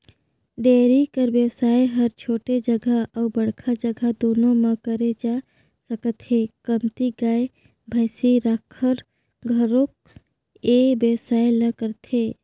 dairy कर बेवसाय ह छोटे जघा अउ बड़का जघा दूनो म करे जा सकत हे, कमती गाय, भइसी राखकर घलोक ए बेवसाय ल करथे